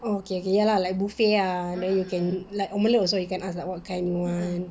oh K K ya lah like buffet lah then you can omelette like you can ask what kind you want